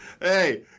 Hey